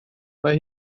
mae